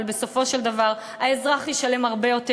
אבל בסופו של דבר האזרח ישלם הרבה יותר,